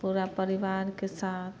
पूरा परिबारके साथ